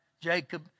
Jacob